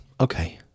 okay